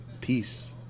Peace